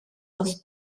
was